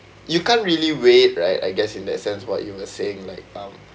you can't really wait right I guess in that sense what you going to say like um